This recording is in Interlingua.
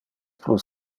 plus